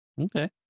Okay